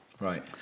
Right